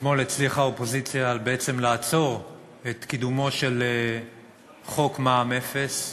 שאתמול הצליחה האופוזיציה בעצם לעצור את קידומו של חוק מע"מ אפס.